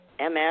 MS